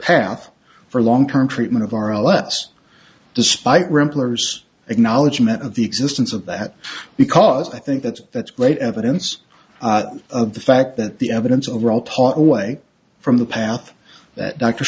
path for long term treatment of our less despite ramblers acknowledgement of the existence of that because i think that's that's great evidence of the fact that the evidence overall taught away from the path that dr